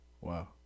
Wow